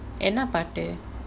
என்ன பாட்டு:enna paattu